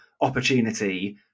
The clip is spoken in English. opportunity